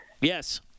Yes